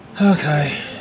Okay